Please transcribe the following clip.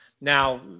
Now